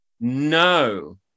No